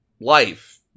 life